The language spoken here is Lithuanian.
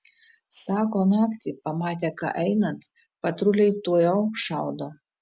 sako naktį pamatę ką einant patruliai tuojau šaudo